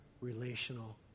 relational